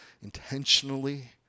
intentionally